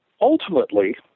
Ultimately